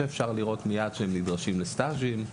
שאפשר לראות מיד שהם נדרשים לסטאז'ים.